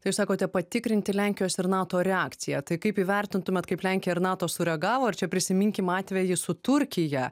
tai jū sakote patikrinti lenkijos ir nato reakciją tai kaip įvertintumėt kaip lenkija ir nato sureagavo ar čia prisiminkim atvejį su turkija